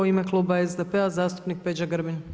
U ime kluba SDP-a zastupnik Peđa Grbin.